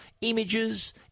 images